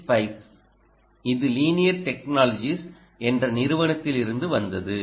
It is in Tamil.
ஸ்பைஸ் இது லீனியர் டெக்னாலஜிஸ் என்ற நிறுவனத்தில் இருந்து வந்தது